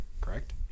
Correct